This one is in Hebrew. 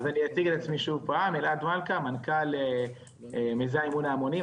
מנכ"ל מיזם גיוס המונים,